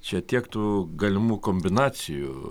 čia tiek tų galimų kombinacijų